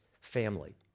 family